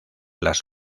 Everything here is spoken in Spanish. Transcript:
las